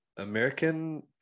american